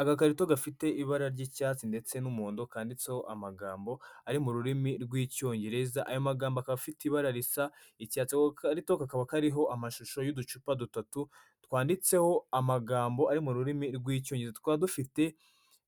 Agakarito gafite ibara ry'icyatsi ndetse n'umuhondo kanditseho amagambo ari mu rurimi rw'icyongereza, ayo magambo akaba afite ibara risa icyatsi. Ako gakarito kakaba kariho amashusho y'uducupa dutatu twanditseho amagambo ari mu rurimi rw'icyongereza, tukaba dufite